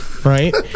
Right